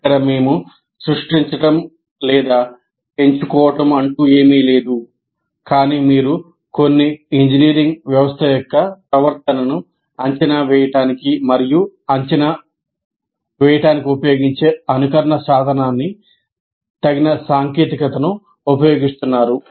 ఇక్కడ మేము సృష్టించడం లేదా ఎంచుకోవడం లేదు కానీ మీరు కొన్ని ఇంజనీరింగ్ వ్యవస్థ యొక్క ప్రవర్తనను అంచనా వేయడానికి మరియు అంచనా వేయడానికి ఉపయోగించే అనుకరణ సాధనాన్ని తగిన సాంకేతికతను ఉపయోగిస్తున్నారు